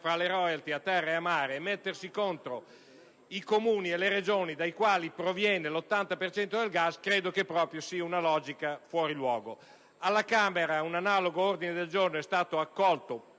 tra le *royalties* a terra ed a mare e mettersi contro i Comuni e le Regioni dai quali proviene l'80 per cento del gas, credo sia una logica fuori luogo. Alla Camera un analogo ordine del giorno è stato proposto